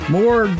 More